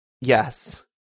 Yes